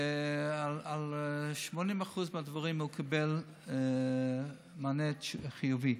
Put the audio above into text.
ועל 80% מהדברים הוא קיבל מענה חיובי.